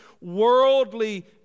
worldly